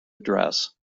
address